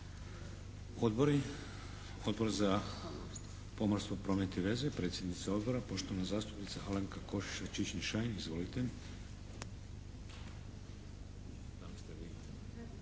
Odbor za pomorstvo, promet i veze, predsjednica Odbora poštovana zastupnica Alenka Košiša Čičin-Šain. Izvolite.